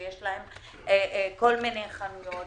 שיש להם כל מיני חנויות.